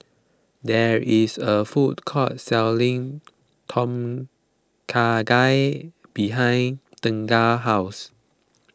there is a food court selling Tom Kha Gai behind Tegan's house